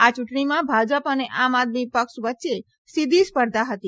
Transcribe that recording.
આ ચૂંટણીમાં ભાજપ અને આમ આદમી પક્ષ વચ્ચે સીધી સ્પર્ધા હતી